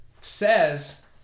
says